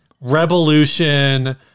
Revolution